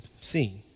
seen